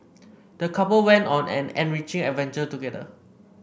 the couple went on an enriching adventure together